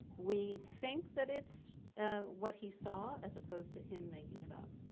we think that it's what he saw as opposed to him making it up.